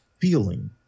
feeling